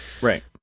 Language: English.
Right